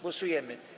Głosujemy.